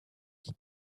qui